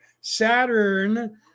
Saturn